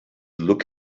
look